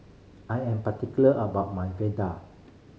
I am particular about my